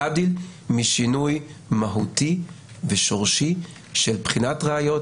להבדיל משינוי מהותי ושורשי של בחינת ראיות,